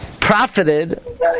profited